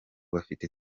bafite